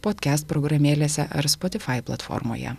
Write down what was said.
podkest programėlėse ar spotifai platformoje